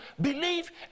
believe